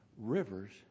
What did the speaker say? Rivers